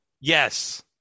Yes